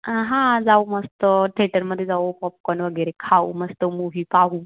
हां जाऊ मस्त थेटरमध्ये जाऊ पॉपकॉर्न वगैरे खाऊ मस्त मूवी पाहू